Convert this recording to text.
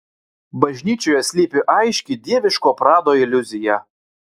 bažnyčioje slypi aiški dieviško prado iliuzija